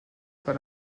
par